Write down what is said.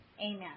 amen